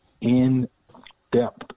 in-depth